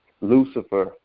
Lucifer